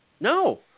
No